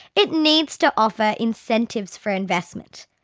it needs to offer incentives for investment.